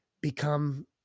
become